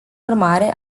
urmare